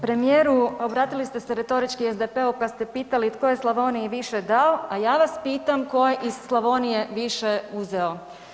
Premijeru, obratili ste se retorički SDP-u pa ste pitali tko je Slavoniji više dao, a ja vas pitam tko je iz Slavonije više uzeo?